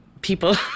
people